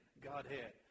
Godhead